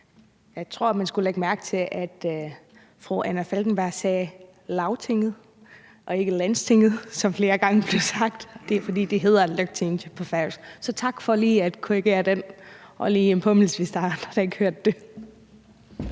Jeg tror, man skulle lægge mærke til, at fru Anna Falkenberg sagde »Lagtinget« og ikke »Landstinget«, som der flere gange blev sagt. For det hedder Løgtingið på færøsk. Så tak for lige at korrigere den, og det kan være en påmindelse, hvis der er andre, der ikke har hørt det.